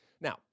Now